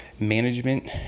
management